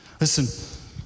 Listen